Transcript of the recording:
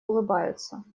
улыбаются